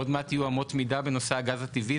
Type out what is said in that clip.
עוד מעט יהיו אמות מידה בנושא הגז הטבעי,